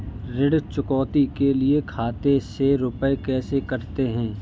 ऋण चुकौती के लिए खाते से रुपये कैसे कटते हैं?